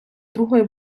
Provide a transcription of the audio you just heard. другою